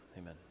Amen